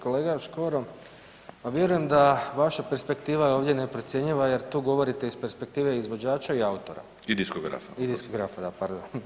Kolega Škoro, pa vjerujem da vaša perspektiva je ovdje neprocjenjiva jer tu govorite iz perspektive izvođača i autora i diskografa, da pardon.